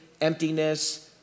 emptiness